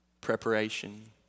preparation